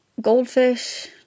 goldfish